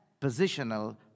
positional